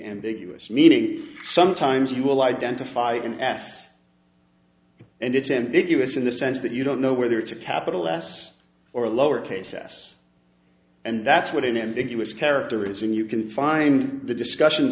ambiguous meaning sometimes you will identify an ass and it's ambiguous in the sense that you don't know whether it's a capital s or a lowercase s and that's what an ambiguous character is and you can find the discussions